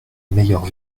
meilleure